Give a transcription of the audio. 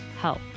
help